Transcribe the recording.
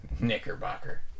Knickerbocker